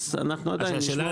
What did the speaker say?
השאלה